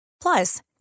Plus